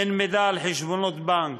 אין מידע על חשבונות בנק,